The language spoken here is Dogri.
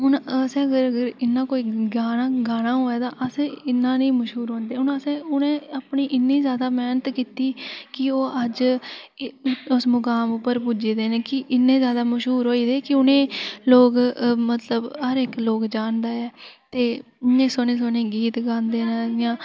हुन असें अगर इ'यां कोई गाना गाना होऐ तां असें इन्ना नीं मश्हूर होंदे हुन असें अपनी उ'नें इन्नी ज्यादा मेह्नत कीती कि ओह् अज्ज कि ओह् उस मुकाम पर पुज्जे दे न कि इन्ने ज्यादा मश्हूर होई दे न कि लोक मतलब हर इक लोक जानदा ऐ ते इन्ने सोह्ने गीत गांदे न इयां